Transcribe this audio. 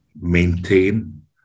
maintain